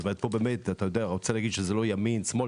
זאת אומרת פה באמת אני רוצה להגיד שזה לא ימין או שמאל